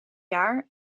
jaar